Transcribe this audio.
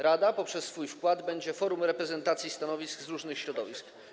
Rada poprzez swój wkład będzie forum reprezentacji stanowisk różnych środowisk.